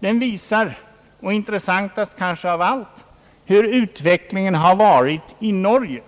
Tablån visar — kanske mest intressant av allt — hur utvecklingen har varit i Norge.